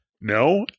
No